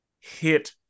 hit